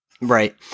right